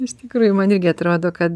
iš tikrųjų man irgi atrodo kad